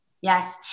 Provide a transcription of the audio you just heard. yes